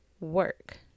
work